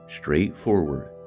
straightforward